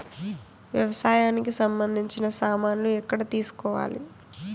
వ్యవసాయానికి సంబంధించిన సామాన్లు ఎక్కడ తీసుకోవాలి?